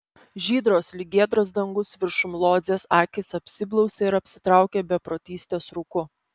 žydros lyg giedras dangus viršum lodzės akys apsiblausė ir apsitraukė beprotystės rūku